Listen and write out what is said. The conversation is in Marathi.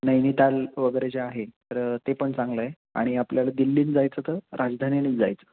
नैनीताल वगैरे जे आहे तर ते पण चांगलं आहे आणि आपल्याला दिल्लीला जायचं तर राजधानीनेच जायचं